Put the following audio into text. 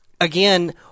again